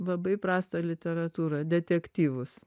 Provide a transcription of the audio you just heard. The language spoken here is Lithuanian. labai prastą literatūrą detektyvus